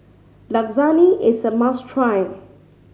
Lasagne is a must try